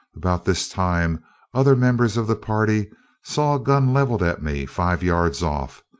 about this time other members of the party saw a gun levelled at me five yards off,